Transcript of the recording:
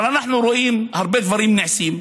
אבל אנחנו רואים שהרבה דברים נעשים,